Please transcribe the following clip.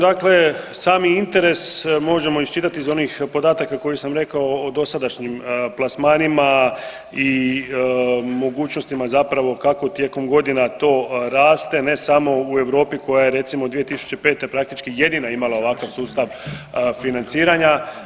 Dakle, sami interes možemo iščitati iz onih podataka koje sam rekao o dosadašnjim plasmanima i mogućnostima kako tijekom godina to raste, ne samo u Europi koja je recimo 2005. praktički jedina imala ovakav sustav financiranja.